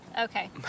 Okay